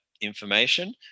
information